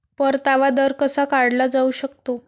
परतावा दर कसा काढला जाऊ शकतो?